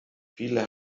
viele